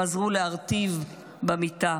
חזרו להרטיב במיטה.